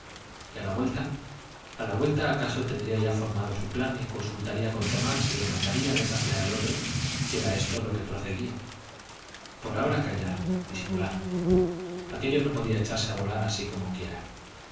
y a la vuelta a la vuelta acaso tendría ya formado su plan y consultaría con tomás y le mandaría a desafiar al otro si era esto lo que procedía por ahora callar disimular aquello no podía echarse a volar así como quiera